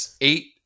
eight